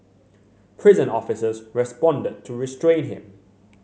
prison officers responded to restrain him